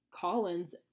Collins